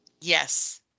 Yes